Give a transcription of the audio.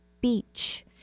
beach